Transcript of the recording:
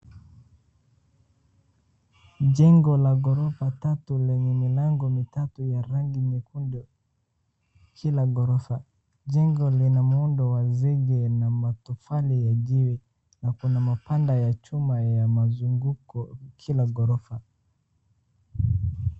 Jengo la gorofa tatu lenye milango mitatu ya rangi nyekundu kila gorofa. Jengo linamuundo wa zege na matofali ya jiwe na kuna mapanda ya chuma ya mazunguko kila gorofa.